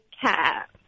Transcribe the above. cat